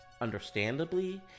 understandably